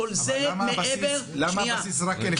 אבל למה הבסיס הוא רק 1,800 שקל?